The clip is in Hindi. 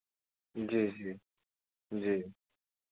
जी जी जी